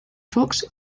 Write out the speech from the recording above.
fox